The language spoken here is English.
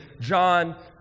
John